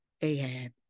Ahab